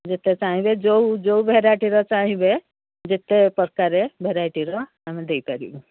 ଯେତେ ଚାହିଁବେ ଯୋଉ ଯୋଉ ଭେରାଇଟିର ଚାହିଁବେ ଯେତେ ପ୍ରକାରେ ଭେରାଇଟିର ଆମେ ଦେଇପାରିବୁ